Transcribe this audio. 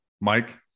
Mike